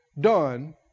done